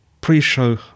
pre-show